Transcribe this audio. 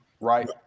Right